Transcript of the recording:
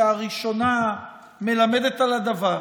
והראשונה מלמדת על הדבר,